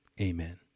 Amen